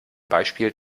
beispiel